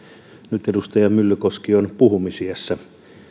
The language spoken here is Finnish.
nyt edustaja myllykoski on puhumisiässä